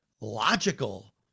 logical